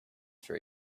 for